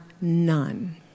none